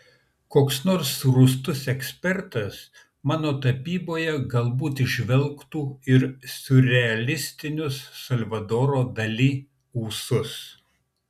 koks nors rūstus ekspertas mano tapyboje galbūt įžvelgtų ir siurrealistinius salvadoro dali ūsus